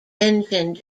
engine